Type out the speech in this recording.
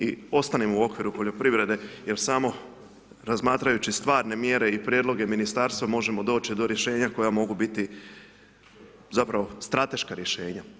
I ostanimo u okviru poljoprivrede, jer samo razmatrajući stvarne mjere i prijedloge ministarstva, možemo doći do rješenja, koja mogu biti zapravo stratešku rješenja.